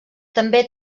també